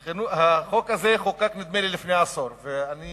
החוק הזה חוקק לפני עשור, נדמה לי, ואני